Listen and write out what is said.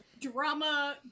drama